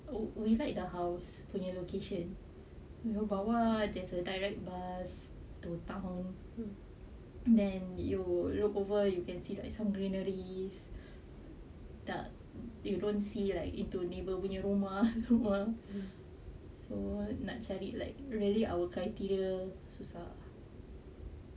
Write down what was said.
we like the house punya location you know bawah there's a direct bus to town then you look over you can see like some greenery tak you don't see like into neighbour punya rumah so nak cari like really our criteria susah